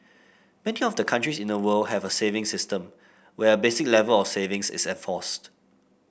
many of the countries in the world have a savings system where a basic level of savings is enforced